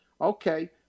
Okay